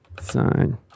sign